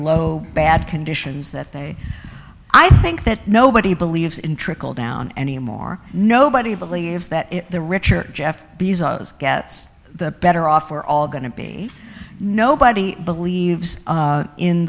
low bad conditions that they i think that nobody believes in trickle down anymore nobody believes that the rich are jeff b gets the better off we're all going to be nobody believes